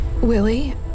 Willie